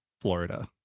Florida